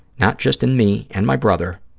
not just in me and my brother,